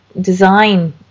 design